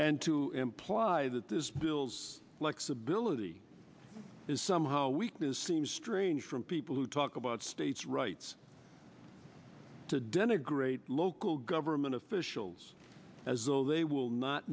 and to imply that this bill's likes ability is somehow weakness seems strange from people who talk about states rights to denigrate all government officials as though they will not